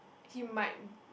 he might